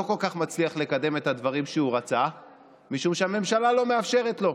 לא כל כך מצליח לקדם את הדברים שהוא רצה משום שהממשלה לא מאפשרת לו.